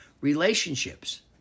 relationships